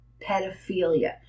pedophilia